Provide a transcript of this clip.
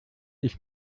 ich